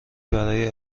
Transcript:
برای